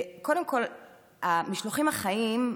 המשלוחים החיים,